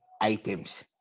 items